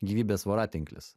gyvybės voratinklis